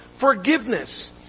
forgiveness